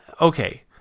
okay